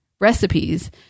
recipes